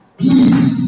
Please